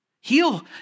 Heal